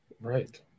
right